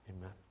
Amen